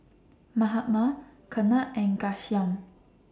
Mahatma Ketna and Ghanshyam